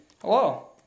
Hello